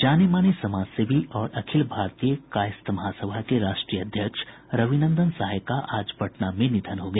जाने माने समाजसेवी और अखिल भारतीय कायस्थ महासभा के राष्ट्रीय अध्यक्ष रविनंदन सहाय का आज पटना में निधन हो गया